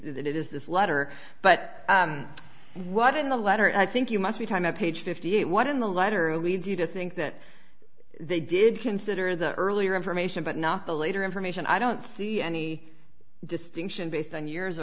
it is this letter but what in the letter i think you must be time at page fifty eight what in the letter leads you to think that they did consider the earlier information but not the later information i don't see any distinction based on y